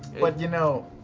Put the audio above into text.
but you know,